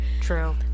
True